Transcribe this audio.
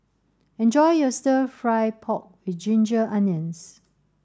enjoy your stir fry pork with ginger onions